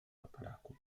tataraku